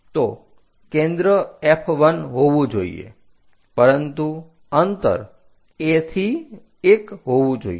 તો કેન્દ્ર F1 હોવું જોઈએ પરંતુ અંતર A થી 1 હોવું જોઈએ